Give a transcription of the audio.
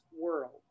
World